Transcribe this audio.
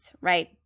right